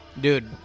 Dude